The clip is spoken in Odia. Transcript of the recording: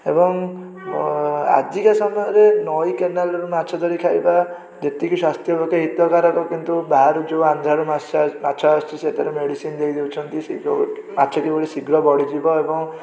ଏବଂ ଆଜିକା ସମୟରେ ନଈ କେନାଲରୁ ମାଛ ଧରି ଖାଇବା ଯେତିକି ସ୍ୱାସ୍ଥ୍ୟ ପକ୍ଷେ ହିତକାରକ କିନ୍ତୁ ବାହାରୁ ଯେଉଁ ଆନ୍ଧ୍ରାରୁ ମାଛ ମାଛ ଆସୁଛି ସେଥିରେ ମେଡ଼ିସିନ୍ ଦେଇ ଦେଉଛନ୍ତି ସେ ଯେଉଁ ମାଛ କିଭଳି ଶୀଘ୍ର ବଢ଼ିଯିବ ଏବଂ